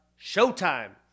Showtime